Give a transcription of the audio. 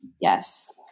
Yes